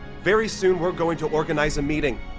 very soon we're going to organize a meeting,